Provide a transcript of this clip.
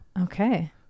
Okay